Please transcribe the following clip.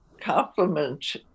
compliment